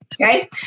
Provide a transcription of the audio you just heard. Okay